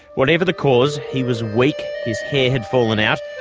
whatever the cause, he was weak, his hair had fallen out,